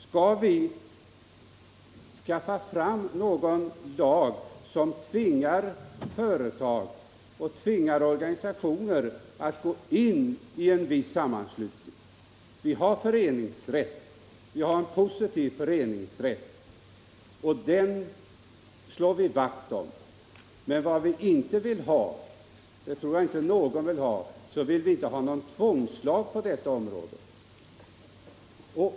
Skall vi skaffa fram någon lag som tvingar företag och organisationer att gå in i en viss sammanslutning? Vi har en positiv föreningsrätt, och den slår vi vakt om. Vad vi inte vill ha — det tror jag inte någon vill ha — är en tvångslag på detta område.